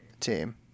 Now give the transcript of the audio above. team